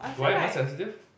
do I am I sensitive